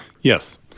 Yes